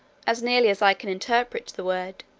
as nearly as i can interpret the word,